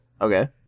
Okay